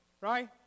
Right